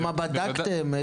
ומה בדקתם.